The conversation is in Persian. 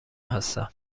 هستم